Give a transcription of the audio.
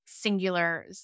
singular